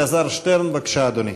חבר הכנסת אלעזר שטרן, בבקשה, אדוני.